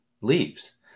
leaves